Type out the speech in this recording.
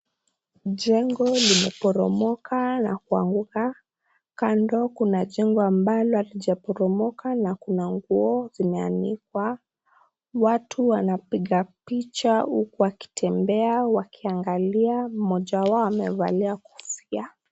Mjengo limeporomoka na kuanguka kando kuna jengo ambali halijaporomoka na kuna nguo zimeanikwa watu wanapiga picha huku wakitembea wakiangalia. Mmoja wao amevalia kofia.